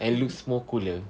and looks more cooler